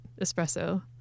espresso